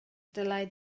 dylai